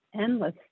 endless